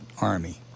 army